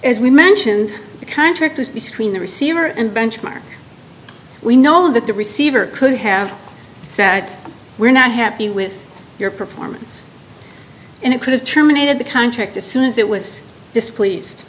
as we mentioned the contract was between the receiver and benchmark we know that the receiver could have said we're not happy with your performance and it could have terminated the contract as soon as it was displeased